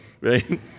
right